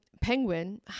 Penguin